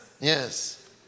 Yes